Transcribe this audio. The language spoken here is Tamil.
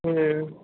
ம்